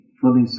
fully